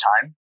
time